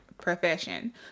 profession